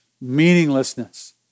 meaninglessness